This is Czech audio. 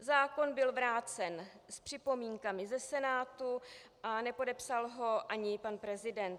Zákon byl vrácen s připomínkami ze Senátu a nepodepsal ho ani pan prezident.